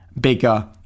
Bigger